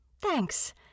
Thanks